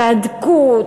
תהדקו,